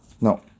No